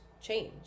change